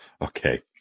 Okay